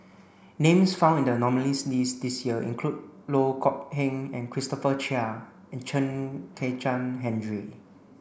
names found in the nominees' list this year include Loh Kok Heng Christopher Chia and Chen Kezhan Henri